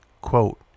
Quote